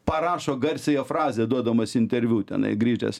parašo garsiąją frazę duodamas interviu tenai grįžęs